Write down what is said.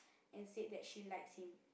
and said that she likes him